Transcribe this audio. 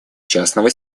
частного